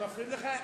הם מפריעים לך?